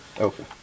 Okay